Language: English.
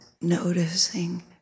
noticing